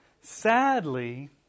Sadly